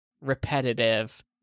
repetitive